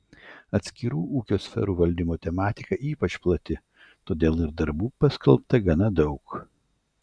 atskirų ūkio sferų valdymo tematika ypač plati todėl ir darbų paskelbta gana daug